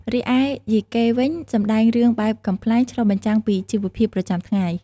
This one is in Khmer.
រីឯ យីកេ វិញ សម្ដែងរឿងបែបកំប្លែង ឆ្លុះបញ្ចាំងពីជីវភាពប្រចាំថ្ងៃ។